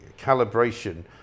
calibration